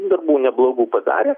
darbų neblogų padarė